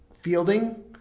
fielding